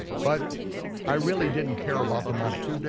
but i really didn't care about the money.